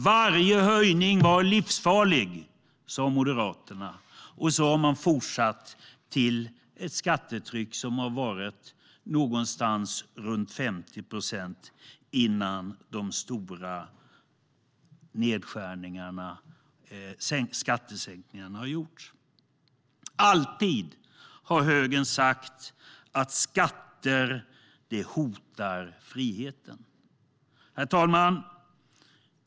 Varje höjning var livsfarlig, sa Moderaterna, och så har man fortsatt till ett skattetryck som har varit någonstans runt 50 procent innan de stora nedskärningarna och skattesänkningarna har gjorts. Herr talman! Alltid har högern sagt att skatter hotar friheten.